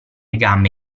gambe